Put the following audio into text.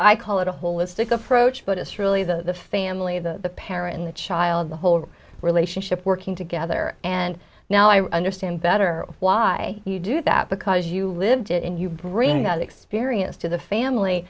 i call it a holistic approach but it's really the family of the pair and the child the whole relationship working together and now i understand better why you do that because you lived it and you bring that experience to the family